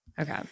Okay